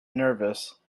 nervous